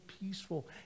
peaceful